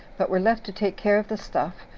but were left to take care of the stuff,